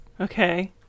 Okay